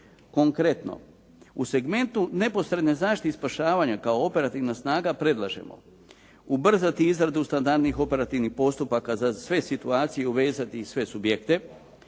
Konkretno, u segmentu neposredne zaštite i spašavanja kao operativna snaga predlažemo ubrzati izradu standardnih operativnih postupaka za sve situacije uvezati i sve subjekte,